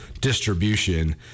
distribution